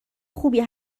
خوبی